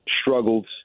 struggled